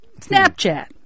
Snapchat